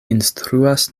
instruas